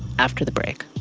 after the break.